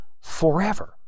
forever